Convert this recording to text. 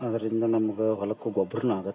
ಅದರಿಂದ ನಮ್ಗೆ ಹೊಲಕ್ಕೆ ಗೊಬ್ರನೂ ಆಗುತ್ತೆ